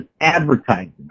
advertising